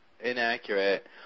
inaccurate